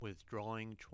withdrawing